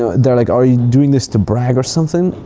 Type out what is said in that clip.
they're like, are you doing this to brag or something?